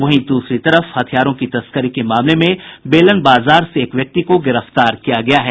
वहीं दूसरी तरफ हथियारों की तस्करी के मामले में बेलन बाजार से एक व्यक्ति को गिरफ्तार किया गया है